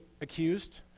accused